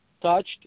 touched